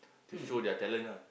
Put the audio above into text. to show their talent ah